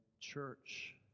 church